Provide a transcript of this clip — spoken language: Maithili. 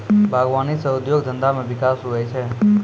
बागवानी से उद्योग धंधा मे बिकास हुवै छै